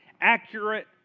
accurate